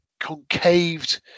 concaved